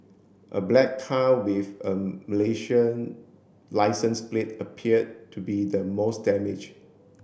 a black car with a Malaysian licence plate appeared to be the most damaged